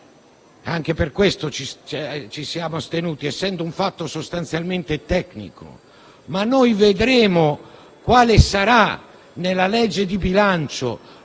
anche per questo ci siamo astenuti essendo un fatto sostanzialmente tecnico - quale saranno nella legge di bilancio